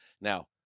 now